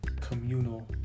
communal